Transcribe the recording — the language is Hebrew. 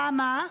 למה?